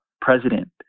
president